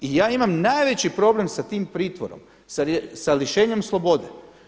I ja imam najveći problem sa tim pritvorom, sa lišenjem slobode.